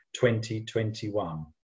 2021